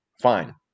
fine